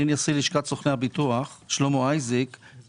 אני נשיא לשכת סוכני הביטוח ואני שואל